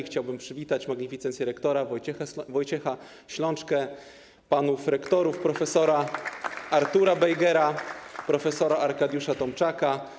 Chciałbym przywitać magnificencję rektora Wojciecha Ślączkę, panów rektorów: prof. Artura Bejgera, prof. Arkadiusza Tomczaka.